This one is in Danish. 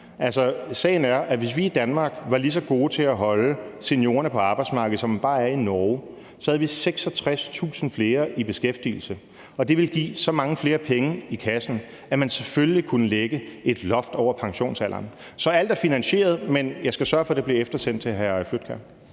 sagen er, at hvis vi i Danmark var lige så gode til at holde seniorerne på arbejdsmarkedet, som man er bare i Norge, havde vi 66.000 flere mennesker i beskæftigelse, og det ville give så mange flere penge i kassen, at man selvfølgelig kunne lægge et loft over pensionsalderen. Så alt er finansieret, men jeg skal sørge for, at det bliver eftersendt til hr. Dennis